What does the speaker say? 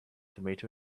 tomato